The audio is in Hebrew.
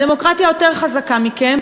הדמוקרטיה יותר חזקה מכם,